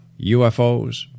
UFOs